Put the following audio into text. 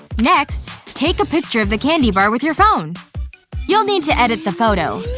next, take a picture of the candy bar with your phone you'll need to edit the photo.